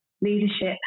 leadership